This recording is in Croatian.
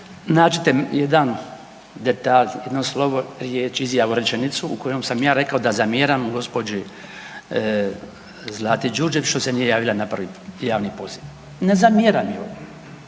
Nađite jedan detalj, jedno slovo, riječ, izjavu, rečenicu, u kojoj sam ja rekao da zamjeram gđi. Zlati Đurđević što se nije javila na prvi javni poziv? Ne zamjeram joj